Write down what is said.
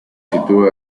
sitúa